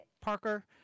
Parker